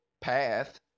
path